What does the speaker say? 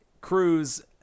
cruz